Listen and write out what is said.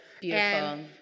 Beautiful